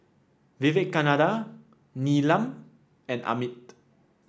Vivekananda Neelam and Amit